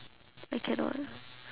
I cannot